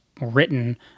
written